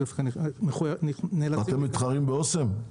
אתם מתחרים באסם?